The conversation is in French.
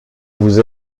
vous